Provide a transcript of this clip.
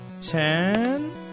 Ten